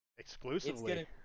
exclusively